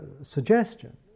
suggestion